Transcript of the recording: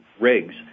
rigs